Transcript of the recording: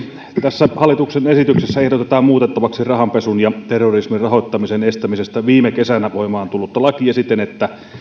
tässä hallituksen esityksessä ehdotetaan muutettavaksi rahanpesun ja terrorismin rahoittamisen estämisestä viime kesänä voimaan tullutta lakia siten että